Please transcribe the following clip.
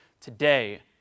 today